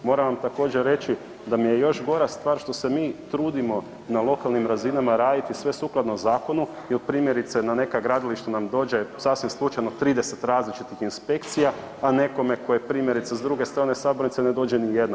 Moram vam također reći da mi je još gora stvar što se mi trudimo na lokalnim razinama raditi sve sukladno zakonu jel primjerice na neka nam gradilišta dođe sasvim slučajno 30 različitih inspekcija, a nekome tko je primjerice s druge strane sabornice ne dođe nijedna.